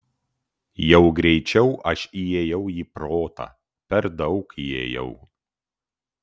jau greičiau aš įėjau į protą per daug įėjau